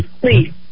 please